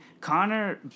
Connor